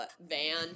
van